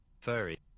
furry